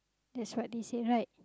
that's what they say right